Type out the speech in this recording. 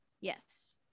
Yes